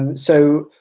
and so,